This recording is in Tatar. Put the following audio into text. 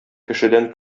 кешедән